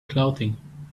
clothing